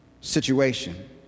situation